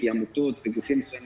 כי עמותות וגופים קטנים